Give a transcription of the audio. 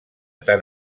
tant